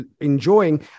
enjoying